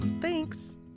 Thanks